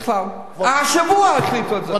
השבוע החליטו את זה.